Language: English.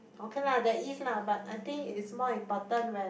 okay lah there is lah but I think it's more important when